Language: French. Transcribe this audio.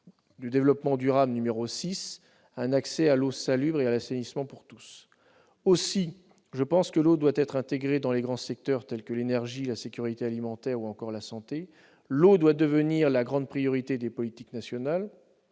du développement durable numéro 6, à savoir un accès à l'eau salubre et à l'assainissement pour tous. Aussi, je pense que l'eau doit être intégrée dans les grands secteurs, tels que l'énergie, la sécurité alimentaire ou encore la santé, et devenir la grande priorité des politiques nationales,